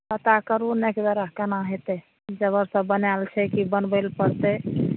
पता करु ने कनेक जरा केना होयतै कि जेबर सब बनाएल छै की बनबै लऽ पड़तै